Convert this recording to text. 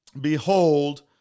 Behold